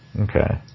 Okay